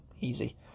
Easy